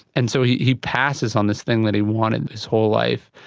and so he he passes on this thing that he wanted his whole life.